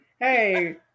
Hey